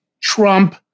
Trump